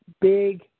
big